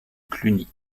cluny